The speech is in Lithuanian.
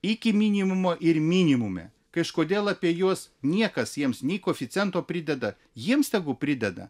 iki minimumo ir minimume kažkodėl apie juos niekas jiems nei koeficiento prideda jiems tegu prideda